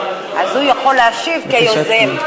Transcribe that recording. הוא יכול להשיב כיוזם,